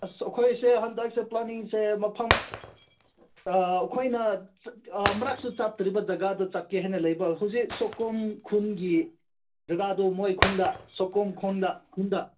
ꯑꯁ ꯑꯩꯈꯣꯏꯁꯦ ꯍꯟꯗꯛꯁꯦ ꯄ꯭ꯂꯥꯅꯤꯡꯁꯦ ꯃꯐꯝ ꯑꯩꯈꯣꯏꯅ ꯑꯃꯔꯛꯁꯨ ꯆꯠꯇ꯭ꯔꯤꯕ ꯖꯒꯥꯗꯨ ꯆꯠꯀꯦ ꯍꯥꯏꯅ ꯂꯩꯕ ꯍꯧꯖꯤꯛ ꯁꯣꯀꯨꯝ ꯈꯨꯟꯒꯤ ꯖꯒꯥꯗꯨ ꯃꯣꯏ ꯈꯨꯟꯗ ꯁꯣꯀꯨꯝ ꯈꯨꯟꯗ ꯈꯨꯟꯗ